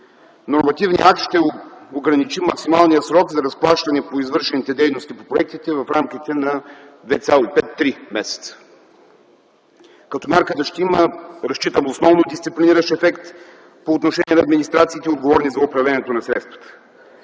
Нормативният акт ще ограничи максималния срок за разплащане по извършените дейности по проектите в рамките на 2,5-3 месеца. Мярката ще има, разчитам, основно дисциплиниращ ефект по отношение на администрациите, отговорни за управлението на средствата.